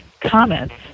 comments